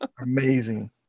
amazing